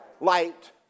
Light